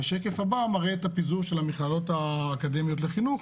השקף הבא מראה את הפיזור של המכללות האקדמיות לחינוך,